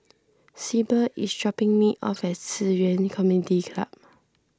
Syble is dropping me off at Ci Yuan Community Club